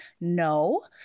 no